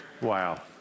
Wow